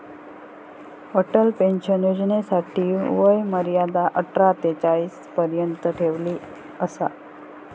Atal pension योजनेसाठी वय मर्यादा अठरा ते चाळीस वर्ष ठेवली असा